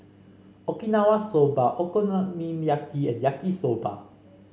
Okinawa Soba Okonomiyaki and Yaki Soba